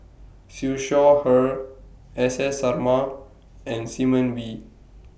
Siew Shaw Her S S Sarma and Simon Wee